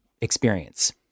experience